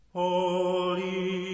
Holy